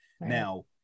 Now